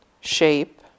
shape